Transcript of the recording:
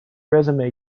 resume